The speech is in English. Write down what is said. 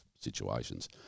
situations